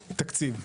תקציב.